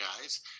guys